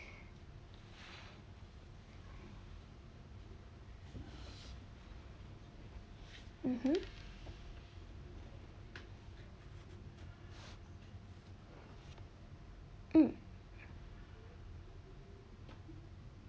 mmhmm mm